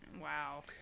Wow